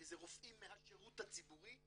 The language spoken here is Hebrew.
כי זה רופאים מהשירות הציבורי,